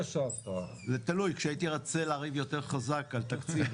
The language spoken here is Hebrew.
זה תלוי - כשהייתי רוצה לריב יותר חזק על תקציב,